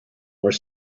were